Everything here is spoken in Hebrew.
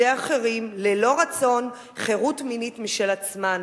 בידי אחרים, ללא רצון, חירות מינית משל עצמן,